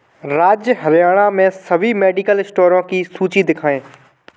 राज्य हरियाणा में सभी मेडिकल स्टोरों की सूची दिखाएँ